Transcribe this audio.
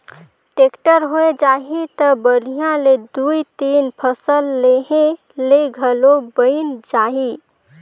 tractor होए जाही त बड़िहा ले दुइ तीन फसल लेहे ले घलो बइन जाही